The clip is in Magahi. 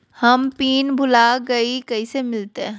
हम पिन भूला गई, कैसे मिलते?